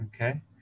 okay